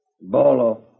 Bolo